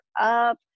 up